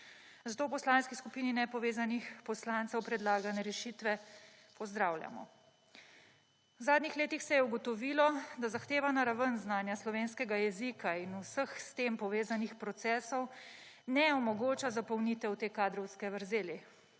Zato v Poslanski skupini Nepovezanih poslancev predlagane rešitve pozdravljamo. V zadnjih letih se je ugotovilo, da zahtevana raven znanja slovenskega jezika in vseh s tem povezanih procesov ne omogoča zapolnitev te kadrovske vrzeli.